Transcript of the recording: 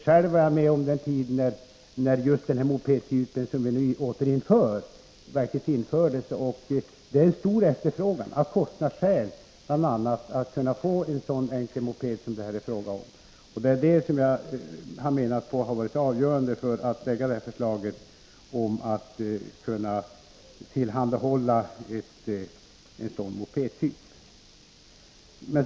Själv var jag med då den ifrågavarande mopedtypen först infördes. Av bl.a. kostnadsskäl är det en stor efterfrågan på just en sådan här enkel moped. Det är detta som har varit avgörande för det här beslutet som skall göra det möjligt att tillhandahålla den enkla mopedtypen.